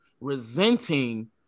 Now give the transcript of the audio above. resenting